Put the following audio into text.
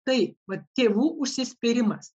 tai vat tėvų užsispyrimas